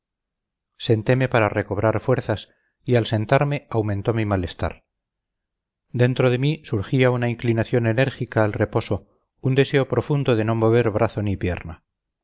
senteme para recobrar fuerzas y al sentarme aumentó mi malestar dentro de mí surgía una inclinación enérgica al reposo un deseo profundo de no mover brazo ni pierna